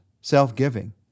self-giving